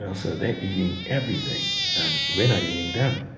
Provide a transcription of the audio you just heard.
ah so they're eating everything and we're not eating them,